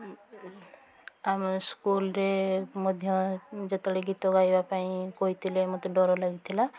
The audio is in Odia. ଆମେ ସ୍କୁଲ୍ରେ ମଧ୍ୟ ଯେତେବେଳେ ଗୀତ ଗାଇବାପାଇଁ କହିଥିଲେ ମୋତେ ଡର ଲାଗୁଥିଲା